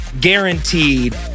guaranteed